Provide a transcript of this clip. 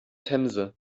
themse